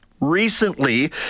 Recently